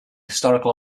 historical